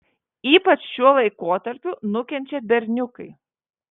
ypač šiuo laikotarpiu nukenčia berniukai